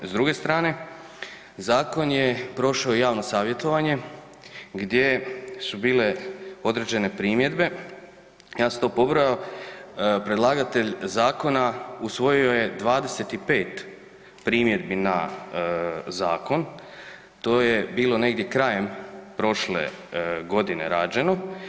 S druge strane, zakon je prošao javno savjetovanje gdje su bile određene primjedbe, ja sam to pobrao, predlagatelj zakona usvojio je 25 primjedbi na zakon, to je bilo negdje krajem prošle godine rađeno.